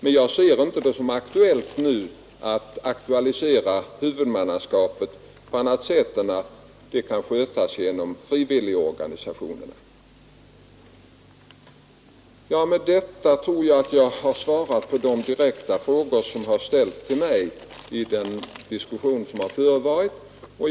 Men jag uppfattar inte situationen så att huvudmannaskapet nu behöver aktualiseras på annat sätt än att man säger att det kan skötas genom frivilligorganisationerna. Med detta tror jag att jag har svarat på de direkta frågor som ställts till mig i den diskussion som förevarit.